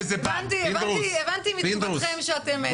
הבנתי מתגובתכם שאתם בקיאים.